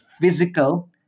physical